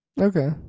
Okay